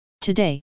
Today